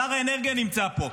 שר האנרגיה נמצא פה.